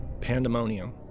Pandemonium